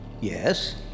Yes